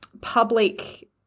public